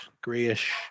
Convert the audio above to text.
grayish